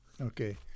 Okay